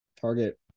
target